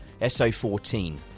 SO14